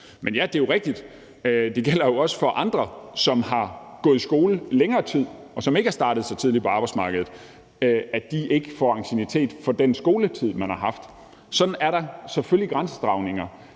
Det er jo rigtigt, at det også gælder for andre, som har gået i skole i længere tid, og som ikke er startet så tidligt på arbejdsmarkedet, at de ikke får anciennitet for den skoletid, de har haft. Sådan er der selvfølgelig grænsedragninger,